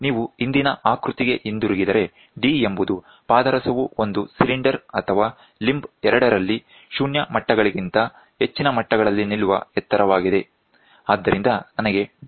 ನೀವು ಹಿಂದಿನ ಆಕೃತಿಗೆ ಹಿಂದಿರುಗಿದರೆ d ಎಂಬುದು ಪಾದರಸವು ಒಂದು ಸಿಲಿಂಡರ್ ಅಥವಾ ಲಿಂಬ್ 2 ರಲ್ಲಿ 0 ಮಟ್ಟಗಳಿಗಿಂತ ಹೆಚ್ಚಿನ ಮಟ್ಟಗಳಲ್ಲಿ ನಿಲ್ಲುವ ಎತ್ತರವಾಗಿದೆ ಆದ್ದರಿಂದ ನನಗೆ d ಅನ್ನು ಕಂಡುಹಿಡಿಯಲು ಬಿಡಿ